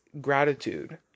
gratitude